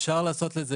אפשר לעשות את זה,